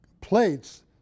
plates